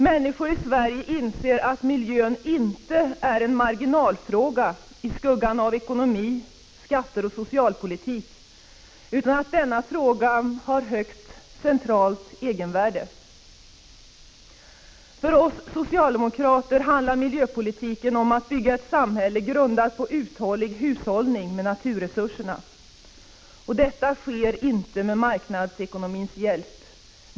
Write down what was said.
Människor i Sverige inser att miljön inte är en marginalfråga i skuggan av ekonomi, skatter och socialpolitik utan att denna fråga har högst centralt egenvärde. För oss socialdemokrater handlar miljöpolitiken om att bygga ett samhälle grundat på uthållig hushållning med naturresurserna. Detta sker inte med marknadsekonomins hjälp.